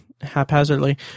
haphazardly